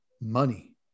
money